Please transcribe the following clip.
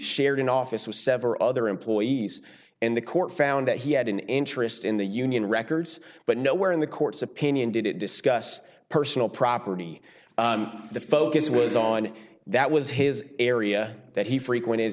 shared an office with sever other employees and the court found that he had an interest in the union records but nowhere in the court's opinion did it discuss personal property the focus was on that was his area that he frequent